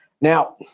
Now